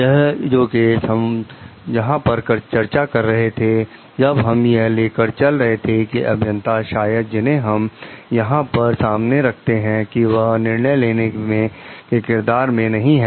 यह जो केस हम जहां पर चर्चा कर रहे थे जब हम यह लेकर चल रहे थे कि अभियंता शायद जिन्हें हम यहां पर सामने रखते हैं कि वह निर्णय लेने के किरदार में नहीं है